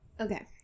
Okay